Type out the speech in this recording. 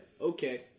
Okay